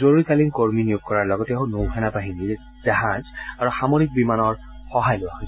জৰুৰীকালীন কৰ্মী নিয়োগ কৰাৰ লগতে নৌসেনা বাহিনী জাহাজ আৰু সামৰিক বিমানৰ সহায় লোৱা হৈছে